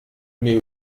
mir